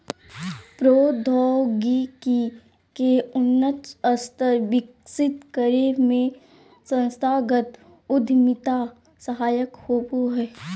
प्रौद्योगिकी के उन्नत स्तर विकसित करे में संस्थागत उद्यमिता सहायक होबो हय